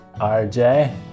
RJ